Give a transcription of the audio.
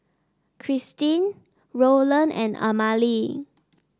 Kristyn Rolland and Amalie